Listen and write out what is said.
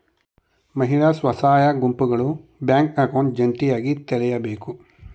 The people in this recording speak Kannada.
ಮಹಿಳಾ ಸ್ವಸಹಾಯ ಗುಂಪುಗಳು ಬ್ಯಾಂಕ್ ಅಕೌಂಟ್ ಜಂಟಿಯಾಗಿ ತೆರೆಯಬೇಕು